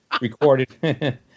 recorded